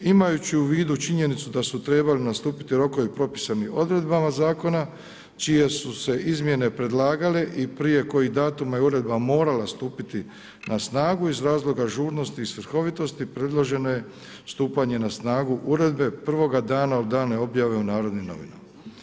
Imajući u vidu činjenicu da su trebali nastupiti rokovi propisani odredbama Zakona čije su se izmjene predlagale i prije kojih datuma je uredba morala stupiti na snagu, iz razloga žurnosti i svrhovitosti predloženo je stupanje na snagu Uredbe prvoga dana od dana objave u Narodnim novinama.